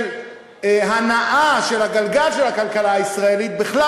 של הנעה של הגלגל של הכלכלה הישראלית בכלל,